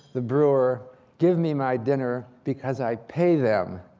the brewer give me my dinner because i pay them.